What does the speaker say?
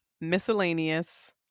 miscellaneous